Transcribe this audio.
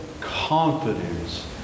confidence